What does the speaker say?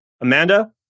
Amanda